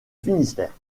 finistère